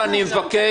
אני מבקש.